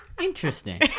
Interesting